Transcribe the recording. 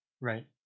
right